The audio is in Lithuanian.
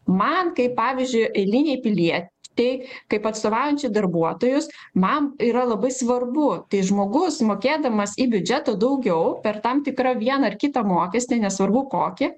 man kaip pavyzdžiui eilinei pilietei kaip atstovaujančiai darbuotojus man yra labai svarbu tai žmogus mokėdamas į biudžetą daugiau per tam tikrą vieną ar kitą mokestį nesvarbu kokį